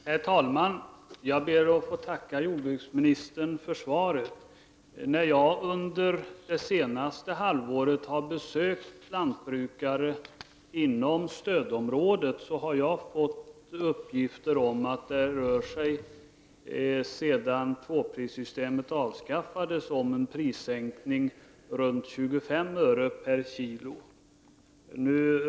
Herr talman! Jag ber att få tacka jordbruksministern för svaret. När jag under det senaste halvåret besökt lantbrukare inom stödområdet har jag fått uppgifter om att det alltsedan tvåprissystemet avskaffades rör sig om en prissänkning om runt 25 öre/kg.